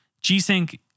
G-Sync